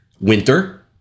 winter